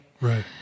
Right